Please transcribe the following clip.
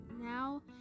now